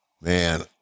Man